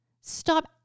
Stop